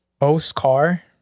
Oscar